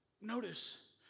Notice